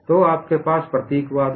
तो आपके पास प्रतीकवाद है